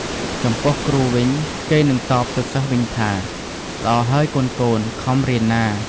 ចំំពោះគ្រូវិញ គេនឹងតបទៅសិស្សវិញថា ល្អហើយកូនៗ ខំរៀនណា។